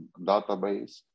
database